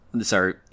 sorry